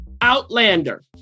Outlander